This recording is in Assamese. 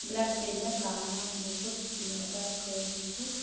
এইবিলাক এইবিলাক কাম মই বহুত দিনৰ পৰাই কৰি আহিছোঁ